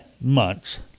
months